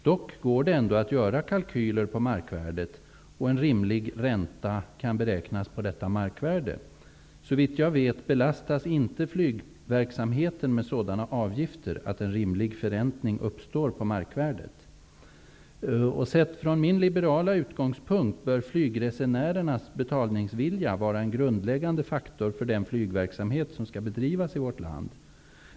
Dock går det ändå att göra kalkyler på markvärdet, och en rimlig ränta kan beräknas på detta. Såvitt jag vet belastas inte flygverksamheten med sådana avgifter att en rimlig förräntning uppstår på markvärdet. Sett från min liberala utgångspunkt bör flygresenärernas betalningsvilja vara en grundläggande faktor för den flygverksamhet som skall bedrivas i vårt land.